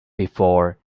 before